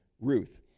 Ruth